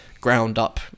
ground-up